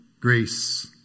Grace